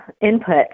Input